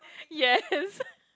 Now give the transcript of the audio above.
yes